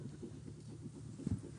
(הצגת מצגת)